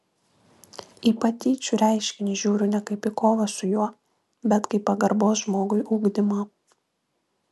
į patyčių reiškinį žiūriu ne kaip į kovą su juo bet kaip pagarbos žmogui ugdymą